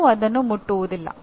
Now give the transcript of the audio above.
ಯಾರೂ ಅದನ್ನು ಮುಟ್ಟುವುದಿಲ್ಲ